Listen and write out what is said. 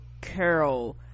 Carol